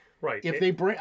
Right